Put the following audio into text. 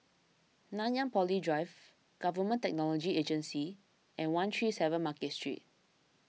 Nanyang Poly Drive Government Technology Agency and one three seven Market Street